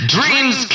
Dreams